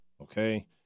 okay